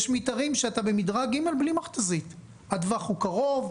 יש מתארים שאתה במדרג ג' בלי מכת"זית הטווח קרוב,